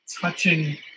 touching